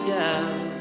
down